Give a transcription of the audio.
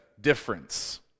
difference